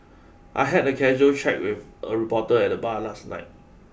I had a casual chat with a reporter at the bar last night